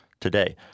today